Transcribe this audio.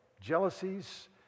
jealousies